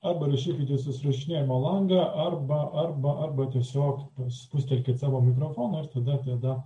arba rašykite į susirašinėjimo langą arba arba arba tiesiog spustelkit savo mikrofoną na ir tada